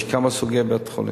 יש כמה סוגי בית-חולים,